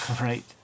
Right